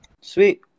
Sweet